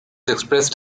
expressed